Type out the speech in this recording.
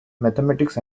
mathematics